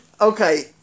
okay